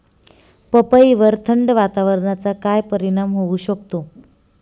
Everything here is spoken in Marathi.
पपईवर थंड वातावरणाचा काय परिणाम होऊ शकतो?